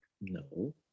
no